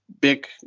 big